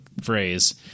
phrase